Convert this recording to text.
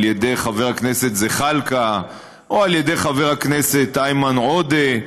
ידי חבר הכנסת זחאלקה או על ידי חבר הכנסת איימן עודה,